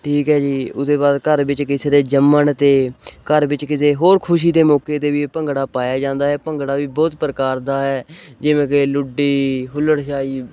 ਠੀਕ ਹੈ ਜੀ ਉਹਦੇ ਬਾਅਦ ਘਰ ਵਿੱਚ ਕਿਸੇ ਦੇ ਜੰਮਣ 'ਤੇ ਘਰ ਵਿੱਚ ਕਿਸੇ ਹੋਰ ਖੁਸ਼ੀ ਦੇ ਮੌਕੇ 'ਤੇ ਵੀ ਭੰਗੜਾ ਪਾਇਆ ਜਾਂਦਾ ਹੈ ਭੰਗੜਾ ਵੀ ਬਹੁਤ ਪ੍ਰਕਾਰ ਦਾ ਹੈ ਜਿਵੇਂ ਕਿ ਲੁੱਡੀ ਹੁਲੜ ਛਾਈ